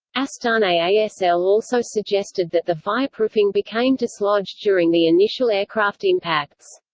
astaneh-asl also suggested that the fireproofing became dislodged during the initial aircraft impacts.